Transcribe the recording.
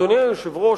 אדוני היושב-ראש,